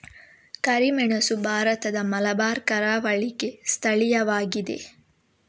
ಕರಿಮೆಣಸು ಭಾರತದ ಮಲಬಾರ್ ಕರಾವಳಿಗೆ ಸ್ಥಳೀಯವಾಗಿದೆ